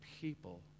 people